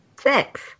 Six